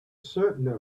certain